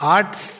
Arts